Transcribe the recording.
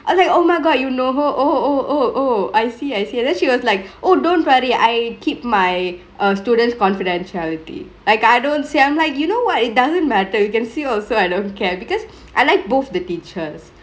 I was like oh my god you know her oh oh oh oh I see I see and then she was like oh don't worry I keep my err students confidentiality like I don't say I'm like you know what it doesn't matter you can say also I don't care because I like both the teachers